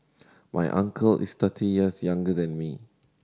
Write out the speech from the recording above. my uncle is thirty years younger than me